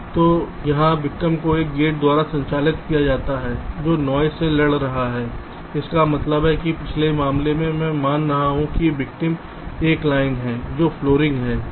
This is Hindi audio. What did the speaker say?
तो यहां विक्टिम को एक गेट द्वारा संचालित किया जाता है जो नॉइस से लड़ रहा है इसका मतलब है पिछले मामले में मैं मान रहा हूं कि विक्टिम एक लाइन है जो फ्लोटिंग है